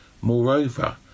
Moreover